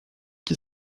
qui